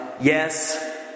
yes